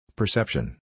Perception